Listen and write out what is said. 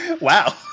wow